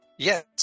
Yes